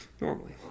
Normally